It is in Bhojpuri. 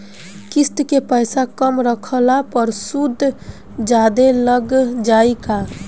किश्त के पैसा कम रखला पर सूद जादे लाग जायी का?